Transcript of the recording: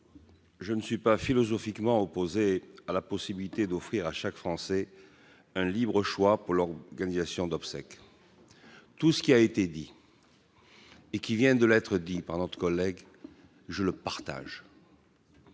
Je ne suis pas philosophiquement opposés à la possibilité d'offrir à chaque Français un libre choix pour leur ganisation d'obsèques, tout ce qui a été dit et qui vient de l'être dit par notre collègue je le partage.